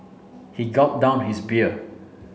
he gulped down his beer